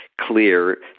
clear